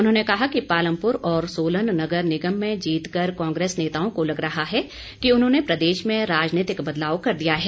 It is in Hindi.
उन्होंने कहा कि पालमपुर और सोलन नगर निगम में जीत कर कांग्रेस नेताओं को लग रहा है कि उन्होंने प्रदेश में राजनीतिक बदलाव कर दिया है